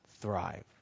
thrive